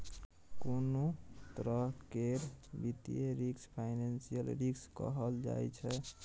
कोनों तरह केर वित्तीय रिस्क फाइनेंशियल रिस्क कहल जाइ छै